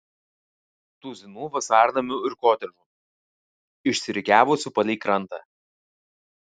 tuzinų vasarnamių ir kotedžų išsirikiavusių palei krantą